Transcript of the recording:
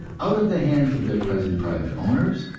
out of the hands of their present private owners,